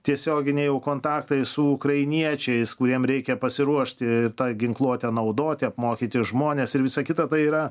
tiesioginiai jau kontaktai su ukrainiečiais kuriem reikia pasiruošti ir tą ginkluotę naudoti apmokyti žmones ir visa kita tai yra